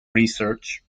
research